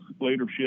leadership